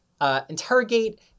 Interrogate